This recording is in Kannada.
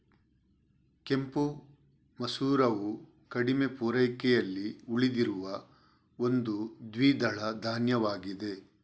ಕೆಂಪು ಮಸೂರವು ಕಡಿಮೆ ಪೂರೈಕೆಯಲ್ಲಿ ಉಳಿದಿರುವ ಒಂದು ದ್ವಿದಳ ಧಾನ್ಯವಾಗಿದೆ